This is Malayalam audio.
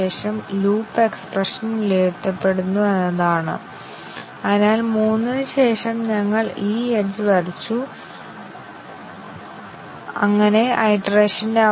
ടെസ്റ്റ് കേസുകളുടെ എണ്ണം ശരിക്കും വർദ്ധിപ്പിക്കാതെ ഒന്നിലധികം കണ്ടീഷൻ കവറേജ് പരിശോധനയുടെ സമഗ്രത ഞങ്ങൾ എങ്ങനെയെങ്കിലും നേടേണ്ടതുണ്ട്